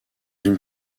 une